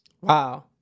Wow